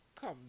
come